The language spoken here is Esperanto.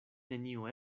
neniu